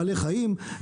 בעלי חיים,